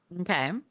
okay